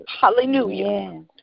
Hallelujah